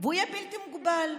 והוא יהיה בלתי מוגבל,